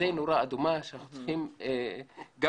זאת נורה אדומה שאנחנו צריכים גם